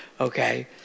okay